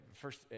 first